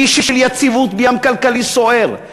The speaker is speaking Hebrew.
אי של יציבות בים כלכלי סוער.